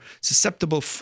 susceptible